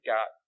God